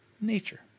Nature